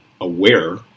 aware